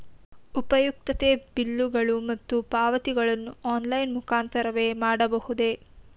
ಉಪಯುಕ್ತತೆ ಬಿಲ್ಲುಗಳು ಮತ್ತು ಪಾವತಿಗಳನ್ನು ಆನ್ಲೈನ್ ಮುಖಾಂತರವೇ ಮಾಡಬಹುದೇ?